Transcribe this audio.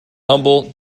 humble